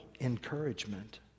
encouragement